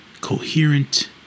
coherent